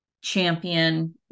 champion